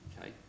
okay